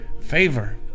Favor